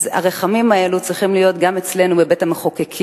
אז הרחמים האלה צריכים להיות גם אצלנו בבית-המחוקקים,